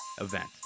event